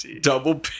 Double